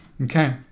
Okay